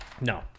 No